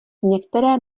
některé